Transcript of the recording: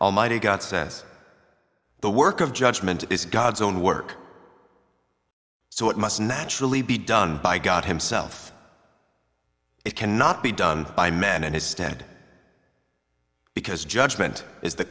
almighty god says the work of judgment is god's own work so it must naturally be done by god himself it cannot be done by men in his stead because judgment is the